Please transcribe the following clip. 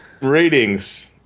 Ratings